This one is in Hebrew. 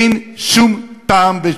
אין שום טעם.